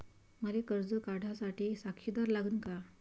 मले कर्ज काढा साठी साक्षीदार लागन का?